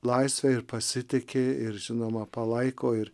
laisvę ir pasitiki ir žinoma palaiko ir